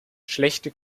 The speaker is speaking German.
schlechte